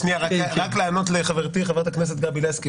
שנייה, רק לענות לחברתי חברת הכנסת גבי לסקי.